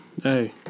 Hey